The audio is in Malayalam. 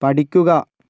പഠിക്കുക